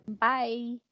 Bye